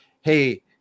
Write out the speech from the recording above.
Hey